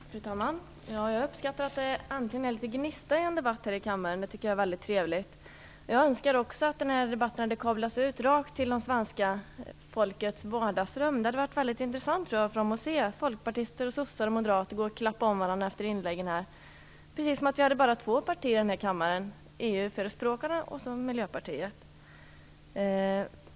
Fru talman! Jag uppskattar att det äntligen är litet gnista i debatten i kammaren. Det tycker jag är väldigt trevligt. Jag önskar också att den här debatten hade kablats ut rakt till det svenska folkets vardagsrum. Det hade varit väldigt intressant för folk att se folkpartister, socialdemokrater och moderater klappa om varandra efter inläggen, precis som om vi bara hade två partier i denna kammare: EU-förespråkarna och Miljöpartiet.